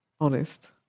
honest